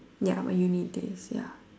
ya when you need this ya